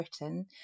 Britain